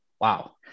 Wow